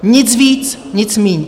Nic víc, nic míň.